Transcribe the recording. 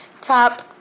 top